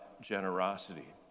generosity